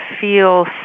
feel